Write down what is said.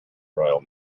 royal